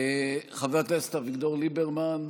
חבר הכנסת אביגדור ליברמן,